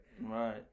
Right